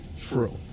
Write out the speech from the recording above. True